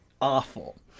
awful